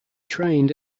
trained